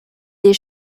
des